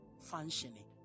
functioning